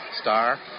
Star